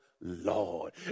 Lord